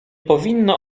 powinno